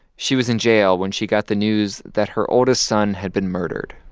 she was in jail when she got the news that her oldest son had been murdered.